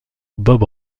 bob